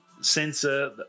sensor